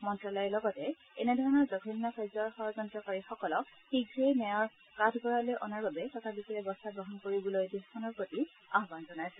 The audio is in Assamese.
মন্ত্ৰালয়ে লগতে এনেধৰণৰ জঘন্য কাৰ্য্যৰ ষড়যন্ত্ৰকাৰীসকলক শীঘ্ৰে ন্যায়ৰ কাঠগড়ালৈ অনাৰ বাবে ততালিকে ব্যৱস্থা গ্ৰহণ কৰিবলৈ দেশখনৰ প্ৰতি আহান জনাইছে